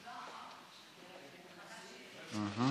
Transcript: סעיף 1